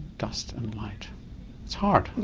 dust and light it's hard.